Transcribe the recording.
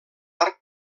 arc